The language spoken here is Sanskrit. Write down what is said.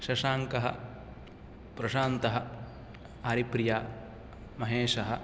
शशाङ्कः प्रशान्तः हरिप्रिया महेशः